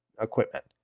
equipment